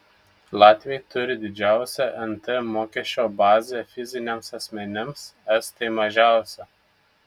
latviai turi didžiausią nt mokesčio bazę fiziniams asmenims estai mažiausią